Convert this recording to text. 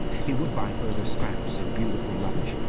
he would buy further scraps of beautiful rubbish.